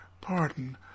pardon